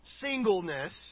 singleness